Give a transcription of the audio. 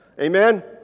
Amen